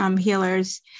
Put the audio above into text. healers